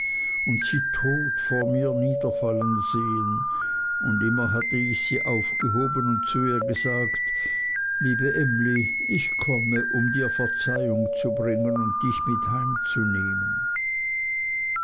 und sie tot vor mir niederfallen sehen und immer hatte ich sie aufgehoben und zu ihr gesagt liebe emly ich komme um dir verzeihung zu bringen und dich mit heimzunehmen